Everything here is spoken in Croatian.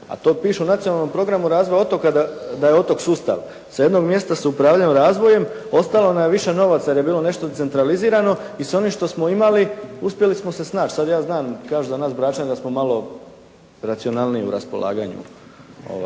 a to piše u Nacionalnom programu razvoja otoka da je otok sustav. Sa jednog mjesta se upravljalo razvojem, ostalo nam je više novaca jer je bilo nešto centralizirano i sa onim što smo imali uspjeli smo se snaći. Sad ja znam, kažu za nas Bračane da smo malo racionalniji u raspolaganju